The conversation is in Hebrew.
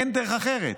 אין דרך אחרת,